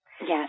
Yes